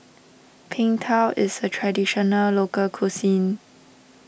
Png Tao is a Traditional Local Cuisine